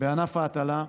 בענף ההטלה,